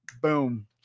boom